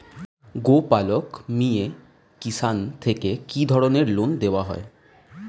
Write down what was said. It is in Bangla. গোপালক মিয়ে কিষান থেকে কি ধরনের লোন দেওয়া হয়?